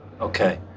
Okay